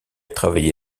travaillé